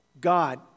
God